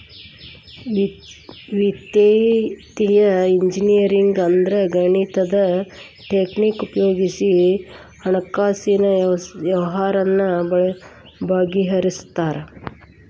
ವಿತ್ತೇಯ ಇಂಜಿನಿಯರಿಂಗ್ ಅಂದ್ರ ಗಣಿತದ್ ಟಕ್ನಿಕ್ ಉಪಯೊಗಿಸಿ ಹಣ್ಕಾಸಿನ್ ವ್ಯವ್ಹಾರಾನ ಬಗಿಹರ್ಸ್ತಾರ